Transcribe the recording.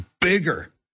bigger